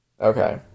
Okay